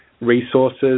resources